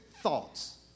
thoughts